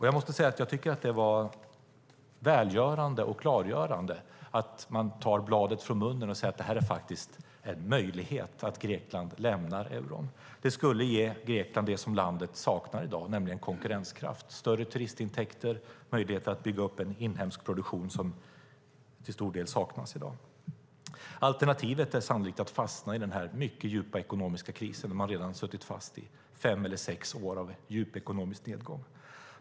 Jag tycker att det är välgörande och klargörande att man tar bladet från munnen och säger att det faktiskt är en möjlighet att Grekland lämnar euron. Det skulle ge Grekland det landet saknar i dag, nämligen konkurrenskraft, större turistintäkter och möjlighet att bygga upp en inhemsk produktion. Alternativet är sannolikt att fastna i den mycket djupa ekonomiska kris Grekland redan har suttit fast i. Det är fem eller sex år av djup ekonomisk nedgång.